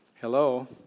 Hello